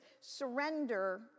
surrender